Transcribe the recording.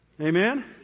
Amen